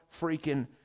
freaking